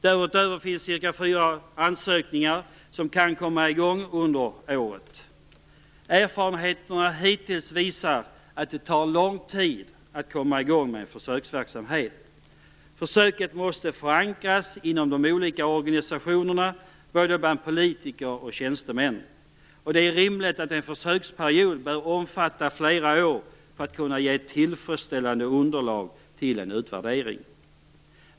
Därutöver finns fyra ansökningar som kan förväntas resultera i att försöksverksamhet kommer i gång under året. Erfarenheterna hittills visar att det tar lång tid att komma i gång med försöksverksamhet. Försöket måste förankras inom de olika organisationerna, både bland politiker och tjänstemän. Det är rimligt att en försöksperiod omfattar flera år, för att den skall kunna ge ett tillfredsställande underlag för en utvärdering.